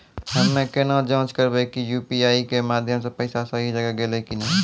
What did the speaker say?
हम्मय केना जाँच करबै की यु.पी.आई के माध्यम से पैसा सही जगह गेलै की नैय?